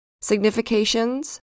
significations